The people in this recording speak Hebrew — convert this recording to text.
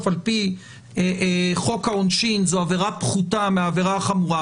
על-פי חוק העונשין זו עבירה פחותה מהעבירה החמורה,